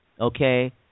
Okay